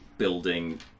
Building